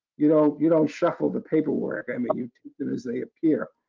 you know you don't shuffle the paper work, i mean you take them as they appear.